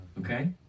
Okay